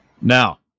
Now